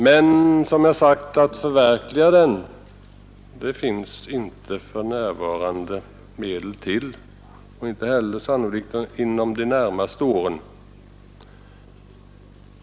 Men, som sagt, för närvarande finns det inte medel att förverkliga tanken, och det kommer det sannolikt inte heller att finnas under de närmaste åren.